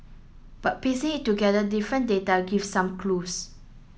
but piecing it together different data gives some clues